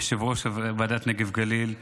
יושב-ראש ועדת הנגב והגליל,